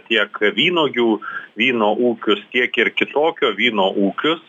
tiek vynuogių vyno ūkius tiek ir kitokio vyno ūkius